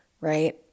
right